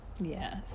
Yes